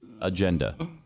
agenda